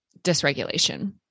dysregulation